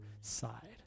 side